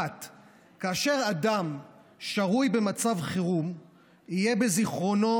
1. כאשר אדם שרוי במצב חירום יהיה בזיכרונו